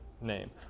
name